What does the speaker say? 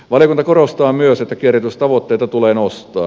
valiokunta korostaa myös että kierrätystavoitteita tulee nostaa